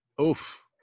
Oof